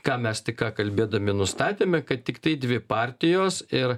ką mes tik ką kalbėdami nustatėme kad tiktai dvi partijos ir